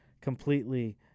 completely